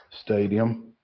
Stadium